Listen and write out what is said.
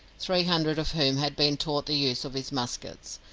three hundred of whom had been taught the use of his muskets.